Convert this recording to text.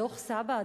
דוח סבא"א,